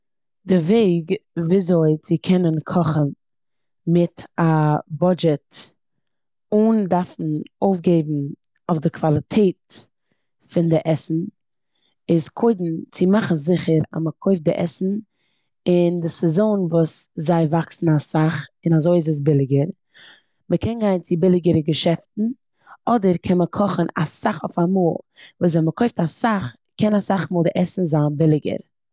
די וועג וויאזוי צו קענען קאכן מיט א בודשעט אן דארפן אויפגעבן אויף די קוואליטעט פון די עסן איז קודם צו מאכן זיכער אז מ'קויפט די עסן אין די סעזאן וואס זיי וואקסן אסאך און אזוי איז עס ביליגער. מ'קען גיין ביליגערע געשעפטן אדער קען מען קאכן אסאך אויפאמאל וואס ווען מ'קויפט אסאך קען אסאך מאל די עסן זיין ביליגער.